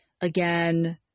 again